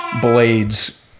blades